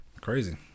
Crazy